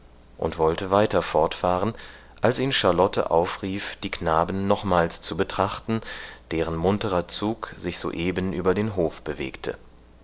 und wollte weiter fortfahren als ihn charlotte aufrief die knaben nochmals zu betrachten deren munterer zug sich soeben über den hof bewegte